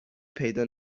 پیدا